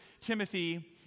Timothy